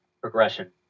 progression